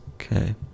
okay